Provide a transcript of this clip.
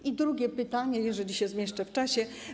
I drugie pytanie, jeżeli się zmieszczę w czasie.